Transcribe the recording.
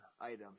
item